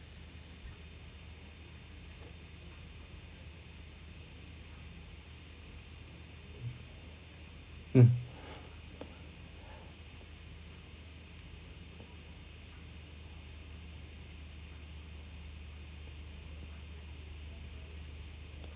mm